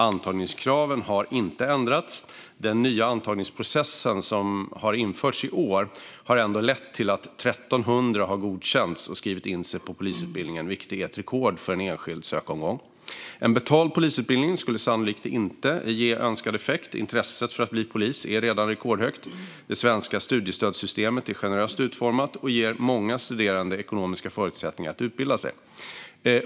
Antagningskraven har inte ändrats. Den nya antagningsprocessen, som har införts i år, har ändå lett till att 1 300 har godkänts och skrivit in sig på polisutbildningen, vilket är ett rekord för en enskild sökomgång. En betald polisutbildning skulle sannolikt inte ge önskad effekt. Intresset för att bli polis är redan rekordhögt. Det svenska studiestödssystemet är generöst utformat och ger många studerande ekonomiska förutsättningar att utbilda sig.